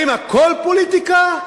האם הכול פוליטיקה?